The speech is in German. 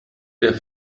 der